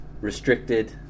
restricted